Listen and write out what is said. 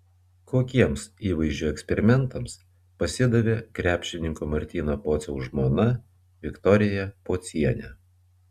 kokiems įvaizdžio eksperimentams pasidavė krepšininko martyno pociaus žmona viktorija pocienė